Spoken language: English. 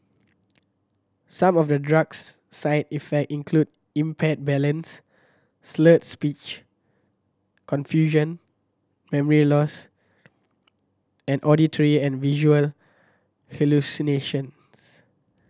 some of the drug's side effect include impaired balance slurred speech confusion memory loss and auditory and visual hallucinations